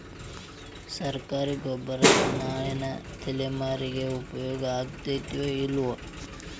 ಸರ್ಕಾರಿ ಗೊಬ್ಬರ ನಾಳಿನ ತಲೆಮಾರಿಗೆ ಉಪಯೋಗ ಆಗತೈತೋ, ಇಲ್ಲೋ?